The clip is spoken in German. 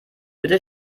bitte